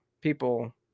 people